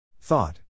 Thought